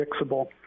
fixable